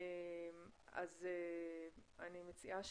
אני מציעה